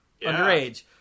Underage